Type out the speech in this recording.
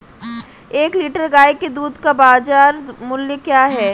एक लीटर गाय के दूध का बाज़ार मूल्य क्या है?